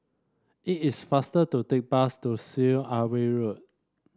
it is faster to take bus to Syed Alwi Road